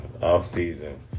off-season